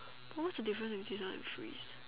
but what's the difference between this one and freeze